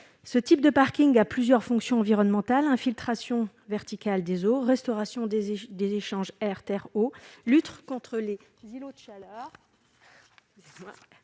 ce type de Parking à plusieurs fonctions environnementales infiltration verticale des eaux restauration des échanges des échanges air-terre au lustre contre les îlots chaleur.